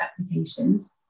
applications